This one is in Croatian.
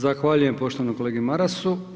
Zahvaljujem poštovanom kolegi Marasu.